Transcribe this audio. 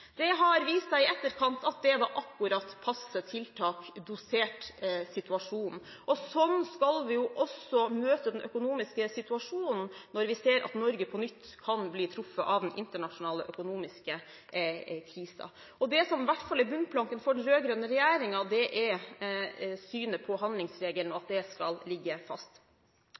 akkurat passe tiltak dosert for situasjonen. Sånn skal vi også møte den økonomiske situasjonen når vi ser at Norge på nytt kan bli truffet av den internasjonale økonomiske krisen. Det som i hvert fall er bunnplanken for den rød-grønne regjeringen, er synet på handlingsregelen, og at det skal ligge fast.